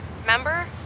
Remember